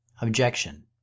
Objection